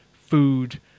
food